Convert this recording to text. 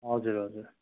हजुर हजुर